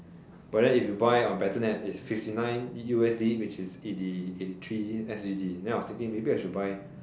but then if you buy on battle net it is fifty nine S_G_D which is eighty eighty three U_S_D then I was thinking maybe I should buy